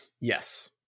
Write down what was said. Yes